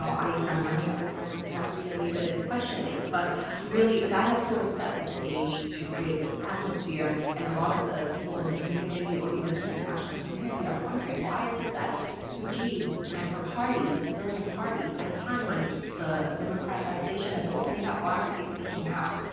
so i'm running out of time, so perhaps we can leave it in questionings, but really, that has sort of set the stage to create this atmosphere. and a lot of the people in the community, or even the international community, are wondering, why is it that suu kyi and her party, the civilian party, at a time when the democratization is opening up, why aren't they speaking out?